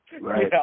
right